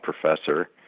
professor